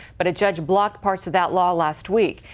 but a judge blocked parts of that law last week.